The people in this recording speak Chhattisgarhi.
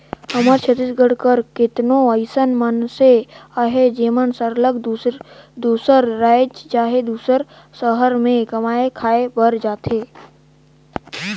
हमर छत्तीसगढ़ कर केतनो अइसन मइनसे अहें जेमन सरलग दूसर राएज चहे दूसर सहर में कमाए खाए बर जाथें